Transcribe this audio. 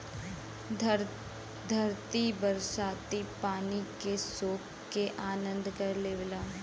धरती बरसाती पानी के सोख के अंदर कर लेवला